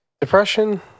Depression